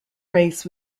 race